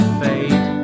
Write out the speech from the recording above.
fade